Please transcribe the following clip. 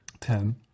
Ten